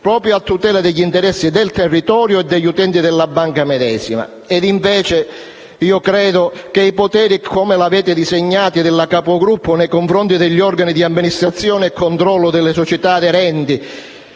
proprio a tutela degli interessi del territorio e degli utenti della banca medesima. Invece i poteri della capogruppo nei confronti degli organi di amministrazione e controllo delle società aderenti,